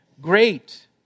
great